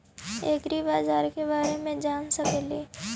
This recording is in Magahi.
ऐग्रिबाजार के बारे मे जान सकेली?